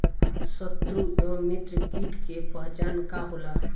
सत्रु व मित्र कीट के पहचान का होला?